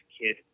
kid